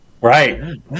Right